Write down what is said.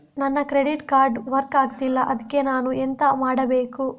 ನನ್ನ credit card work ಆಗ್ತಿಲ್ಲ ಅದ್ಕೆ ನಾನು ಎಂತ ಮಾಡಬೇಕು?